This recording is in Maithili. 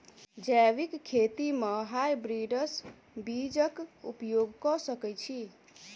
जैविक खेती म हायब्रिडस बीज कऽ उपयोग कऽ सकैय छी?